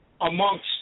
amongst